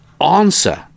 answer